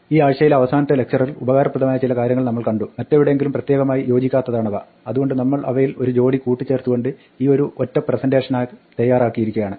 ഈ ആഴ്ച്ചയിലെ അവസാനത്തെ ലക്ചറിൽ ഉപകാരപ്രദമായ ചില കാര്യങ്ങൾ നമ്മൾ കണ്ടു മറ്റെവിടെയെങ്കിലും പ്രത്യേകമായി യോജിക്കാത്തവയാണവ അതുകൊണ്ട് നമ്മൾ അവയിൽ ഒരു ജോഡി കൂട്ടിച്ചേർത്തുകൊണ്ട് ഈ ഒരു ഒറ്റ പ്രസന്റേഷനായി തയ്യാറാക്കിയിരിക്കുകയാണ്